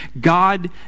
God